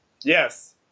Yes